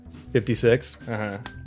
56